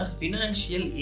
financial